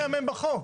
אתה מונע מהן בחוק.